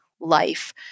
life